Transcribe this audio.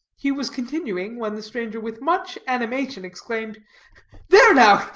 he was continuing, when the stranger with much animation exclaimed there now,